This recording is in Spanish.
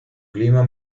clima